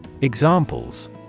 Examples